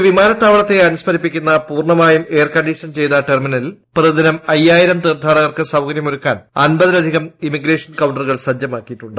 ഒരു വിമാനത്താവളത്തെ അന്റുസ്മ്രിപ്പിക്കുന്ന പൂർണ്ണമായും എയർ കണ്ടീഷൻ ചെയ്ത ടെർമിനലിൽ പ്രൂതിദിനം അയ്യായിരം തീർത്ഥാടകർക്ക് സൌകര്യം ഒരുക്കാൻ ് ആമ്പതിലധികം ഇമിഗ്രേഷൻ കൌണ്ടറുകൾ സജ്ജമാക്കിയിട്ടുണ്ട്